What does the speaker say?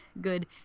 Good